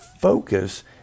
focus